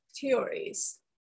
theories